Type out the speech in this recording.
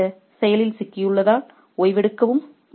அவர்கள் இந்த செயலில் சிக்கியுள்ளதால் ஓய்வெடுக்கவும்